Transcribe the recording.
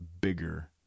bigger